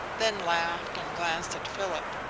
then laughed and glanced at philip,